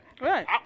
right